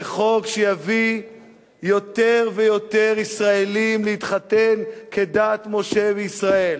זה חוק שיביא יותר ויותר ישראלים להתחתן כדת משה וישראל,